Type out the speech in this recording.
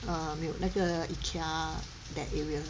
啊没有那个 Ikea that area